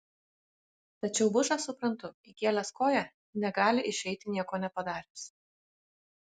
tačiau bušą suprantu įkėlęs koją negali išeiti nieko nepadaręs